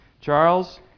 Charles